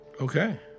Okay